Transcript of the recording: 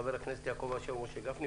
חבר הכנסת יעקב אשר ומשה גפני,